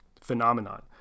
phenomenon